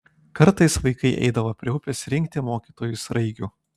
kartais vaikai eidavo prie upės rinkti mokytojui sraigių